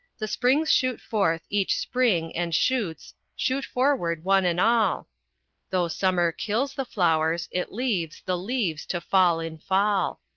the springs shoot forth each spring and shoots shoot forward one and all though summer kills the flowers, it leaves the leaves to fall in fall.